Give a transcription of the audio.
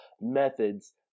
methods